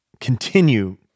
continue